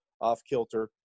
off-kilter